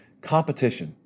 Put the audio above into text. Competition